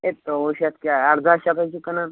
ہے ژۄوُہ شٮ۪تھ کیاہ اردہ شٮ۪تھَے چھِ کٕنان